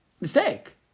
mistake